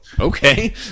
okay